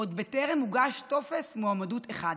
עוד טרם הוגש טופס מועמדות אחד.